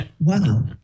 wow